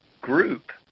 group